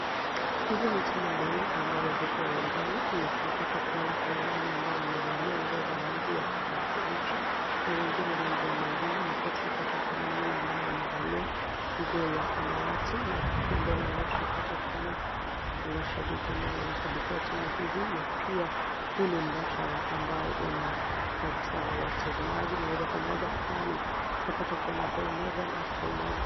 Hizi ni timu mbili, ambazo ziko uwanjani, na tunapata kuona kuna wale ambao wamevalia nguo za kijani kibichi, na wengine rangi ya manjano na pia tunapata kumwona yule ambaye amevalia nguo ya samawati, na pia mbele yao tunapata kuona, mashabiki ambao wanashabikia timu hizi na pia, huu ni mbashara ambao una, pata watazamaji moja kwa moja kwani, tunapata kuona (cs)gor(cs) moja na (cs)gor(cs) moja.